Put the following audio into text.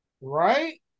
right